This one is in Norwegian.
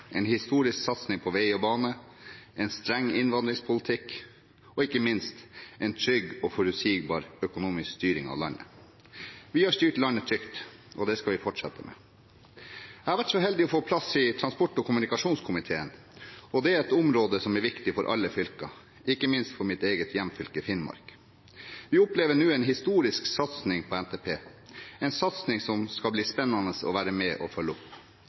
en historisk satsing på vei og bane, en streng innvandringspolitikk og ikke minst en trygg og forutsigbar økonomisk styring av landet. Vi har styrt landet trygt, og det skal vi fortsette med. Jeg har vært så heldig å få plass i transport- og kommunikasjonskomiteen, og det er et område som er viktig for alle fylker, ikke minst for mitt eget hjemfylke, Finnmark. Vi opplever nå en historisk satsing på NTP, en satsing som det skal bli spennende å være med og følge opp.